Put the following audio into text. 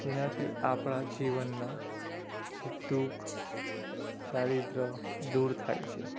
તેનાથી આપણાં જીવનનાં જે દુઃખ દારિદ્ર દૂર થાય છે